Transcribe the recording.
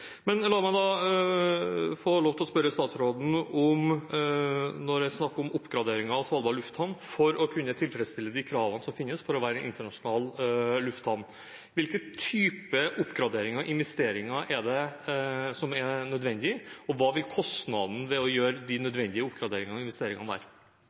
Men la meg da få lov til å spørre statsråden når det er snakk om en oppgradering av Svalbard lufthavn for å kunne tilfredsstille de kravene som finnes for å være en internasjonal lufthavn: Hvilke typer oppgraderinger og investeringer er det som er nødvendig, og hva vil kostnaden med å gjøre de